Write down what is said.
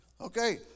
Okay